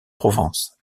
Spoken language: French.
provence